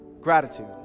Gratitude